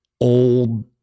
old